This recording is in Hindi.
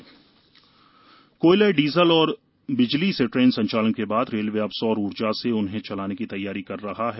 सौर ऊर्जा द्वेन कोयला डीजल और बिजली से ट्रेन संचालन के बाद रेलवे अब सौर ऊर्जा से इन्हें चलाने की तैयारी कर रहा है